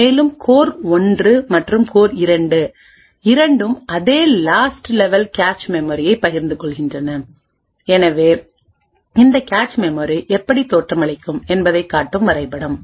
மேலும் கோர் 1 மற்றும் கோர் 2 இரண்டும் அதே லாஸ்ட் லெவல் கேச் மெமரியை பகிர்ந்து கொள்கின்றன எனவே இது கேச் மெமரி எப்படி தோற்றமளிக்கும் என்பதைக் காட்டும் வரைபடம்